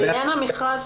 לגבי המכרז,